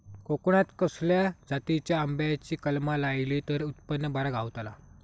कोकणात खसल्या जातीच्या आंब्याची कलमा लायली तर उत्पन बरा गावताला?